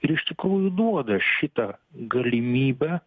ir iš tikrųjų duoda šitą galimybę